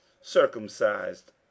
Circumcised